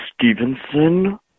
Stevenson